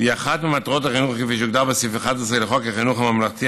לדוברי הערבית.